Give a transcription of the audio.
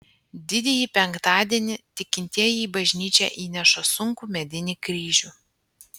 didįjį penktadienį tikintieji į bažnyčią įnešą sunkų medinį kryžių